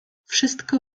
wszystko